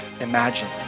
imagine